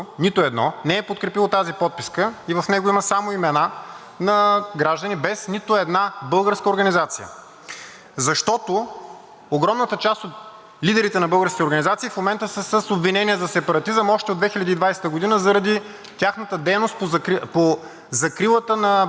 Защото огромната част от лидерите на българските организации в момента са с обвинения за сепаратизъм още от 2020 г. заради тяхната дейност по закрилата на Болградския район, който трябваше да бъде закрит и който наистина формално беше закрит. И на последно място, последен въпрос: вярно ли е,